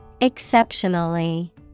Exceptionally